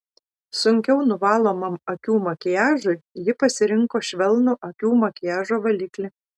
sunkiau nuvalomam akių makiažui ji pasirinko švelnų akių makiažo valiklį